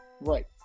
Right